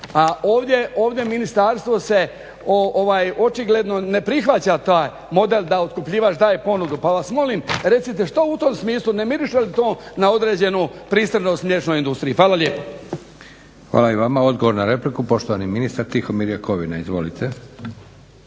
a ovdje ministarstvo se očigledno ne prihvaća taj model da otkupljivač daje ponudu, pa vas molim recite što u tom smislu, ne miriše li to na određenu pristranost mliječnoj industriji? Hvala lijepa. **Leko, Josip (SDP)** Hvala i vama. Odgovor na repliku poštovani ministar Tihomir Jakovina. Izvolite.